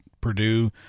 Purdue